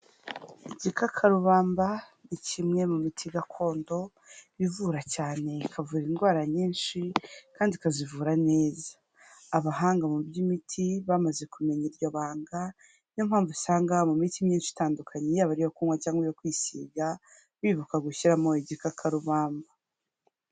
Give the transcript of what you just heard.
Igikakarubamba ni kimwe mu miti gakondo ivura cyane, ikavura indwara nyinshi kandi ikazivura neza. Abahanga mu by'imiti bamaze kumenya iryo banga, ni yo mpamvu usanga mu miti myinshi itandukanye, yaba ari iyo kunywa cyangwa iyo kwisiga, bibuka gushyiramo igikakarubamba.